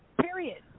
Period